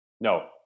No